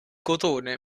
cotone